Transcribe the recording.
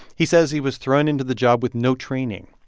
he says he was thrown into the job with no training.